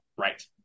Right